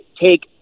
take